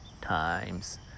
times